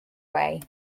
way